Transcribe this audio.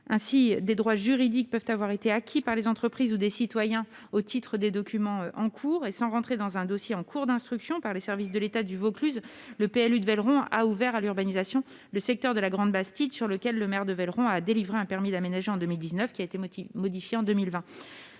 Ainsi, des droits juridiques peuvent avoir été acquis par des entreprises ou des citoyens au titre de documents en cours. Sans entrer dans un dossier en cours d'instruction par les services de l'État du Vaucluse, le plan local d'urbanisme de Velleron a ouvert à l'urbanisation le secteur de la Grande Bastide, sur lequel le maire de Velleron a délivré un permis d'aménager en 2019, modifié en 2020.